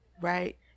right